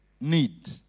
need